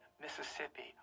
Mississippi